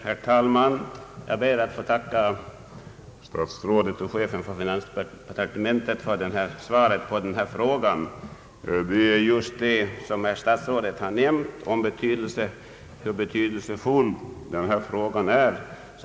Herr talman! Jag ber att få tacka herr statsrådet och chefen för finansdepartementet för svaret på denna fråga. Anledningen till frågan är just det som statsrådet nämnt om hur betydelsefull den är.